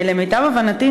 למיטב הבנתי,